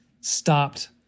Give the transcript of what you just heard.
stopped